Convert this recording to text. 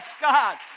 God